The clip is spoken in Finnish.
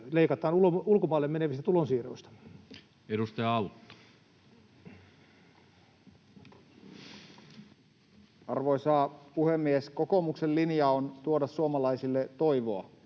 leikataan ulkomaille menevistä tulonsiirroista. Edustaja Autto. Arvoisa puhemies! Kokoomuksen linja on tuoda suomalaisille toivoa.